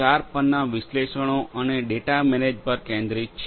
0 પરના વિશ્લેષણો અને ડેટા મેનેજમેન્ટ પર કેન્દ્રિત છે